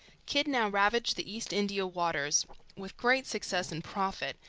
kidd now ravaged the east india waters with great success and profit,